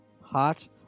hot